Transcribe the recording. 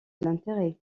l’intérêt